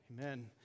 Amen